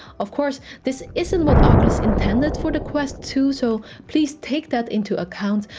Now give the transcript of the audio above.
of course, this isn't what oculus intended for the quest two so please take that into account.